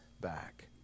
back